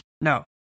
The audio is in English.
No